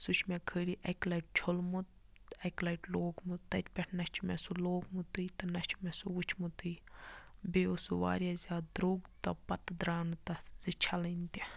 سُہ چھُ مےٚ خٲلی اَکہِ لَٹہِ چھوٚلمُت اَکہِ لَٹہِ لوگمُت تَتہِ پیٹھ نہَ چھُ مےٚ سُہ لوگمُتٕے تہٕ نہَ چھُ مےٚ سُہ وُچھمُتٕے بیٚیہِ اوس سُہ واریاہ زیادٕ درٚوگ توپتہٕ تہٕ درٛاو نہٕ تَتھ زٕ چھَلٕنۍ تہِ